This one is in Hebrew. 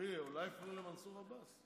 אולי הם יפנו למנסור עבאס.